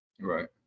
Right